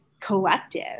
collective